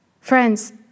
Friends